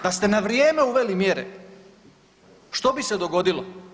Da ste na vrijeme uveli mjere što bi se dogodilo?